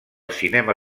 cinema